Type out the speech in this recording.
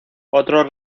otros